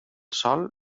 sol